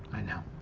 i know.